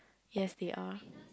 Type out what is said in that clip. yes they are